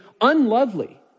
unlovely